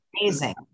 amazing